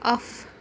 off